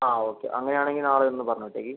ആ ഓക്കെ അങ്ങനെ ആണെങ്കിൽ നാളെ ഒന്ന് പറഞ്ഞ് വിട്ടേക്ക്